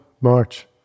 March